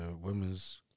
Women's